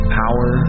power